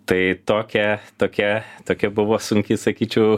tai tokia tokia tokia buvo sunki sakyčiau